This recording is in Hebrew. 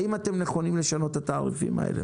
האם אתם נכונים לשנות את התעריפים האלה?